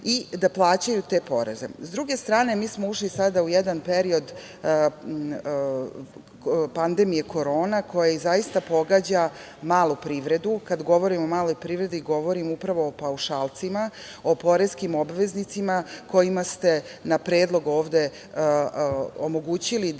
i da plaćaju te poreze.S druge strane, mi smo ušli sada u jedan period pandemije korona, koji zaista pogađa malu privredu. Kada govorimo o maloj privredi, govorimo upravo o paušalcima, o poreskim obveznicima, kojima ste na predlog ovde omogućili da